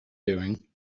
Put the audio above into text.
doing